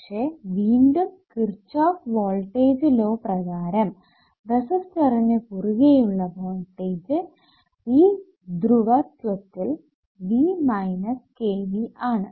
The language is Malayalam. പക്ഷെ വീണ്ടും കിർച്ചോഫ് വോൾടേജ് ലോ പ്രകാരം റെസിസ്റ്ററിനു കുറുകെ ഉള്ള വോൾടേജ് ഈ ധ്രുവത്വത്തിൽ V k V ആണ്